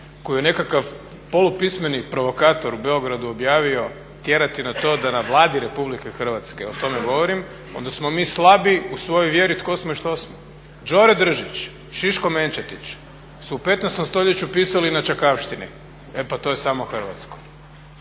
koju je nekakav polupismeni provokator u Beogradu objavio tjerati na to da na Vladi RH o tome govorim onda smo mi slabi u svojoj vjeri tko smo i što smo. Džore Držić, Šiško Menčetić su u 15. stoljeću pisali na čakavštini. E pa to je samo hrvatsko.